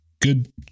Good